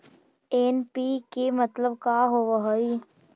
NPK मतलब का होव हइ?